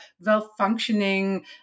well-functioning